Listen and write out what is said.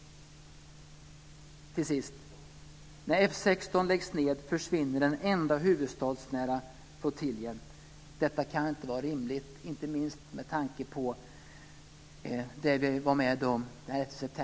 Till sist: När F 16 läggs ned försvinner den enda huvudstadsnära flottiljen. Detta kan inte vara rimligt, inte minst med tanke på det vi var med om den 11